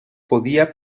podía